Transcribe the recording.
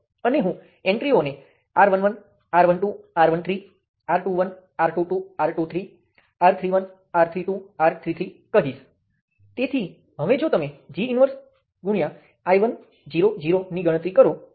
હવે થોડું વધું વિસ્તરણ હું જે ઉલ્લેખ કરું છું તે એ છે કે તેને સબસ્ટીટ્યુટ કરવાં માટે તમારી પાસે માત્ર એક ઘટક હોવું જરૂરી નથી તમારી પાસે ઘણાં બધાં ઘટકો હોઈ શકે